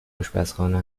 آشپزخانه